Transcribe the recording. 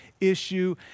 issue